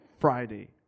Friday